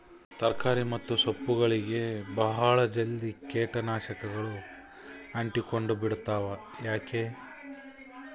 ತರಕಾರಿ ಮತ್ತು ಸೊಪ್ಪುಗಳಗೆ ಬಹಳ ಜಲ್ದಿ ಕೇಟ ನಾಶಕಗಳು ಅಂಟಿಕೊಂಡ ಬಿಡ್ತವಾ ಯಾಕೆ?